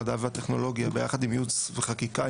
המדע והטכנולוגיה ביחד עם ייעוץ וחקיקה,